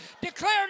Declare